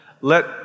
let